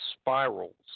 spirals